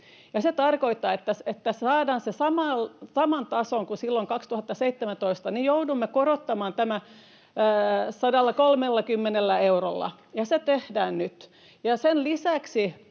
Se tarkoittaa, että jotta saadaan se samaan tasoon kuin silloin 2017, niin joudumme korottamaan tätä 130 eurolla, ja se tehdään nyt.